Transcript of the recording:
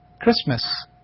Christmas